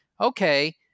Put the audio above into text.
okay